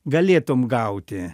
galėtum gauti